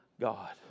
God